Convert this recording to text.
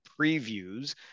previews